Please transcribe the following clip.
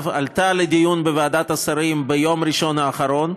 עלתה לדיון בוועדת השרים ביום ראשון האחרון.